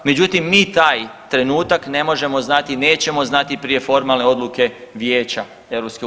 Međutim, mi taj trenutak ne možemo znati, nećemo znati prije formalne odluke Vijeća EU.